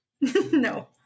no